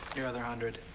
your other hundred.